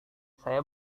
saya